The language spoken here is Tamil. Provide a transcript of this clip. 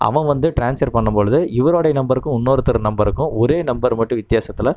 அவன் வந்து ட்ரான்ஸர் பண்ணும் பொழுது இவருடைய நம்பருக்கும் இன்னொருத்தர் நம்பருக்கும் ஒரே நம்பர் மட்டும் வித்தியாசத்தில்